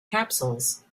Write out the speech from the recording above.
capsules